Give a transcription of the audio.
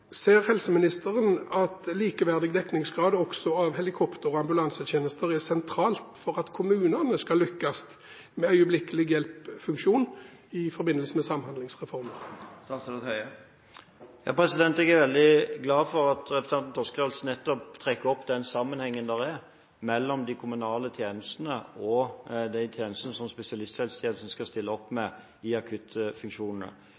Ser helseministeren at likeverdig dekningsgrad også av helikopter- og ambulansetjenester er sentralt for at kommunene skal lykkes med en øyeblikkelig hjelp-funksjon i forbindelse med Samhandlingsreformen? Jeg er veldig glad for at representanten Toskedal nettopp trekker fram den sammenhengen det er mellom de kommunale tjenestene og de tjenestene som spesialisthelsetjenesten skal stille opp